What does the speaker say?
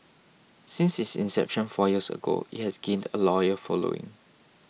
since its inception four years ago it has gained a loyal following